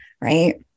right